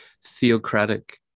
theocratic